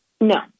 No